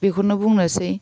बेखौनो बुंनोसै